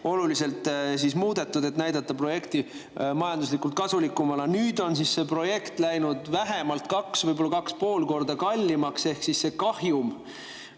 oluliselt muudetud, et näidata projekti majanduslikult kasulikumana. Nüüd on see projekt läinud vähemalt kaks, võib-olla 2,5 korda kallimaks, ehk siis kahjum